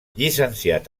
llicenciat